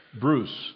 Bruce